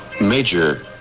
Major